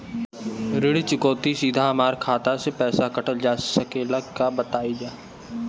ऋण चुकौती सीधा हमार खाता से पैसा कटल जा सकेला का बताई जा?